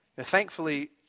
Thankfully